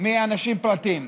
מאנשים פרטיים.